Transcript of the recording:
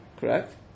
Correct